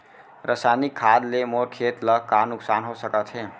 रसायनिक खाद ले मोर खेत ला का नुकसान हो सकत हे?